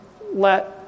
let